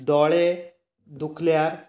दोळे दुखल्यार